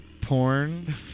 porn